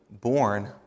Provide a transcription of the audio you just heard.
born